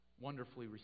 wonderfully